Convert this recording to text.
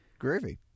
groovy